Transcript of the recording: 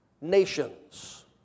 nations